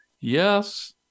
Yes